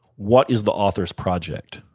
what is the author's project?